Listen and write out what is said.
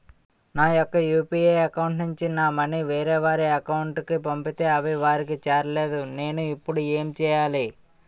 నా యెక్క UPI account నుంచి నా మనీ వేరే వారి అకౌంట్ కు పంపితే అవి వారికి చేరలేదు నేను ఇప్పుడు ఎమ్ చేయాలి?